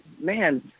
man